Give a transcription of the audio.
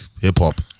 hip-hop